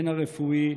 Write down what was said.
הן הרפואי,